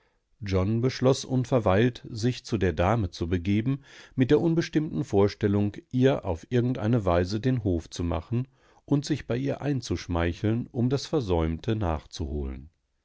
john beschloß unverweilt sich zu der dame zu begeben mit der unbestimmten vorstellung ihr auf irgend eine weise den hof zu machen und sich bei ihr einzuschmeicheln um das versäumte nachzuholen